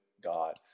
God